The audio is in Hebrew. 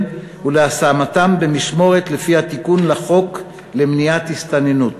ולהשמתם במשמורת לפי התיקון לחוק למניעת הסתננות.